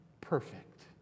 perfect